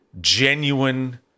genuine